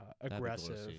aggressive